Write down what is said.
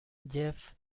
jeff